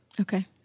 Okay